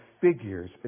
figures